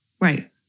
Right